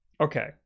Okay